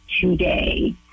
today